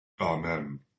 Amen